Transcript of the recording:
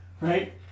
right